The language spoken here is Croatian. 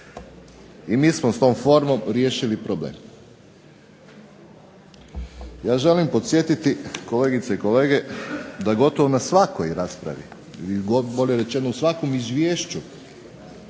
i mi smo s tom formom riješili problem. Ja želim podsjetiti kolegice i kolege da gotovo na svakoj raspravi ili bolje rečeno u svakom izvješću,